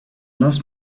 lost